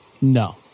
no